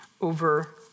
over